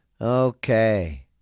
Okay